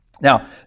Now